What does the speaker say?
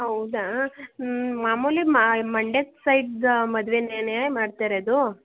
ಹೌದಾ ಹ್ಞೂ ಮಾಮೂಲಿ ಮಂಡ್ಯ ಸೈಡ್ದು ಮದುವೆನೇನೆ ಮಾಡ್ತಾ ಇರೋದು